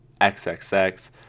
XXX